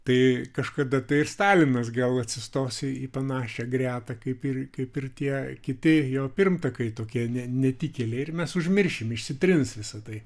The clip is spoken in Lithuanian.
tai kažkada tai ir stalinas gal atsistos į panašią gretą kaip ir kaip ir tie kiti jo pirmtakai tokie ne netikėliai ir mes užmiršim išsitrins visa tai